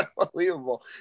unbelievable